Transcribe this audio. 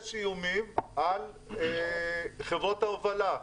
יש איומים על חברות ההובלה.